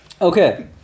Okay